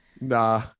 Nah